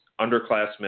underclassmen